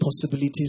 possibilities